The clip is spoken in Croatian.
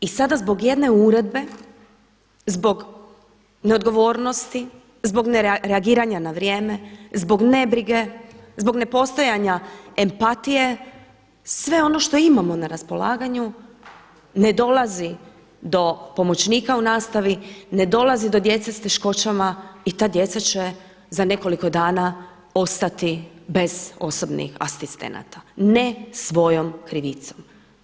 I sada zbog jedne uredbe, zbog neodgovornosti, zbog ne reagiranja na vrijeme, zbog nebrige, zbog nepostojanja empatije sve ono što imamo na raspolaganju ne dolazi do pomoćnika u nastavi, ne dolazi do djece s teškoćama i ta djeca će za nekoliko dana ostati bez osobnih asistenata ne svojom krivicom.